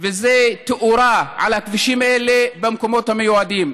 תאורה על הכבישים האלה במקומות המועדים.